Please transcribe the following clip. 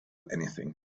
anything